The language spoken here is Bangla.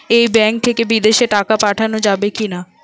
এই ব্যাঙ্ক থেকে বিদেশে টাকা পাঠানো যাবে কিনা?